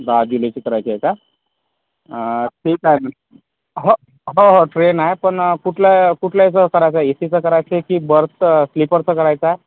दहा जुलैची करायची आहे का ठीक आहे ना हो हो हो ट्रेन आहे पण कुठलं कुठल्या ह्याचं करायचं आहे ए सीचं करायचं आहे की बर्थचं स्लीपरचं करायचं आहे